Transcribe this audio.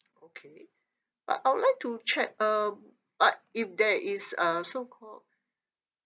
okay but I would like to check um what if there is uh so called